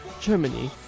Germany